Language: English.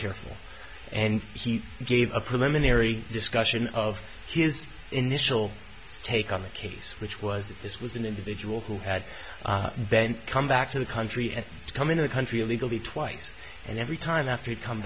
careful and he gave a preliminary discussion of his initial stake on the case which was that this was an individual who had ben come back to the country and come into the country illegally twice and every time after it come